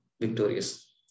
victorious